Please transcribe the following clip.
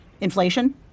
inflation